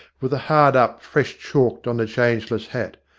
with the hard up fresh chalked on the changeless hat.